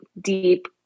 deep